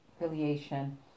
affiliation